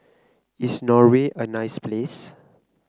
is Norway a nice place